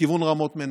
לכיוון רמות מנשה.